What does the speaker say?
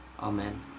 Amen